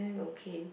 okay